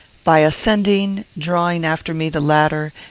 by ascending, drawing after me the ladder,